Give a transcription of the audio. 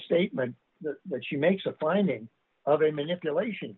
statement that she makes a finding of a manipulation